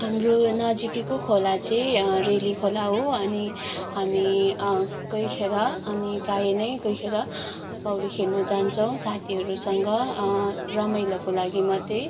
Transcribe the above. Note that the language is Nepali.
हाम्रो नजिकैको खोला चाहिँ रेली खोला हो अनि हामी कोहीखेर अनि प्रायः नै कोहीखेर पाौडी खेल्नु जान्छौँ साथीहरूसँग रमाइलोको लागि मात्रै